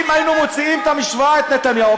אם היינו מוציאים מהמשוואה את נתניהו,